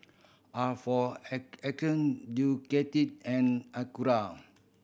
a for Arcade Ducati and Acura